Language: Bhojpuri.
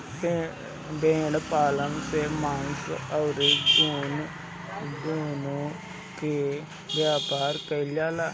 भेड़ पालन से मांस अउरी ऊन दूनो के व्यापार कईल जाला